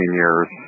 years